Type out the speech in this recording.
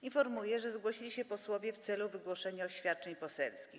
Informuję, że zgłosili się posłowie w celu wygłoszenia oświadczeń poselskich.